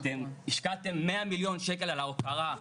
אתם השקעתם מאה מיליון שקל על ההוקרה,